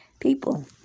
People